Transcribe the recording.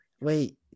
Wait